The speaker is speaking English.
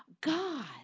God